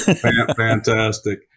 Fantastic